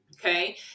Okay